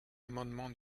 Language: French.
amendement